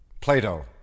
Plato